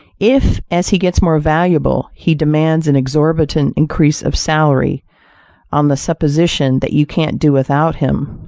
if, as he gets more valuable, he demands an exorbitant increase of salary on the supposition that you can't do without him,